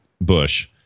Bush